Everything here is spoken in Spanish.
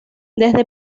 desde